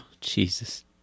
Jesus